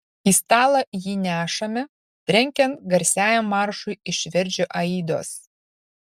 į stalą jį nešame trenkiant garsiajam maršui iš verdžio aidos